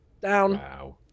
down